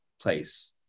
place